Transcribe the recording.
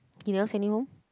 he never send you home